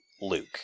Luke